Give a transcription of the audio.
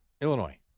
Illinois